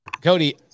Cody –